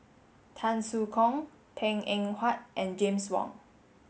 Tan Soo Khoon Png Eng Huat and James Wong